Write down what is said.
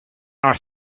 aus